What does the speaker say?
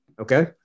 Okay